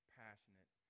passionate